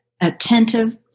attentive